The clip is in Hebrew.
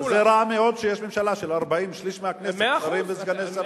זה רע מאוד שיש ממשלה של 40. שליש מהכנסת שרים וסגני שרים.